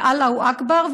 ואללה אכבר,